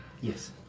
Yes